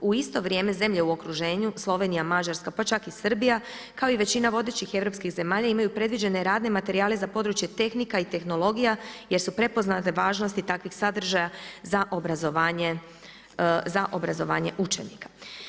U isto vrijeme zemlje u okruženju Slovenija, Mađarska pa čak i Srbija, kao i većina vodećih europskih zemalja imaju predviđene radne materijale za područje tehnika i tehnologija jer su prepoznate važnosti takvih sadržaja za obrazovanje učenika.